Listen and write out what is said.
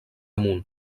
munt